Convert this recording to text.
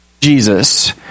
Jesus